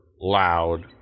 loud